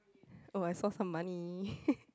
oh I saw some money